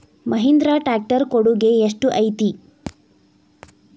Mahindra tractor ಕೊಡುಗೆ ಎಷ್ಟು ಐತಿ?